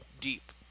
deep